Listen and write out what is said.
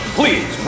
please